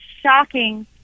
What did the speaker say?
shocking